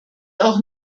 auch